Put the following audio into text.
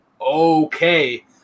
okay